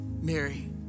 Mary